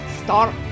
start